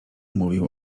mówił